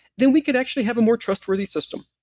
then we can actually have a more trustworthy system.